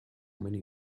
many